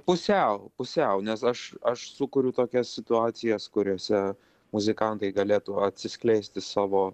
pusiau pusiau nes aš aš sukuriu tokias situacijas kuriose muzikantai galėtų atsiskleisti savo